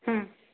हं